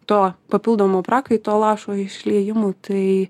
to papildomo prakaito lašo išliejimu tai